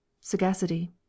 Sagacity